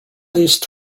least